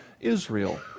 Israel